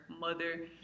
mother